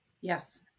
Yes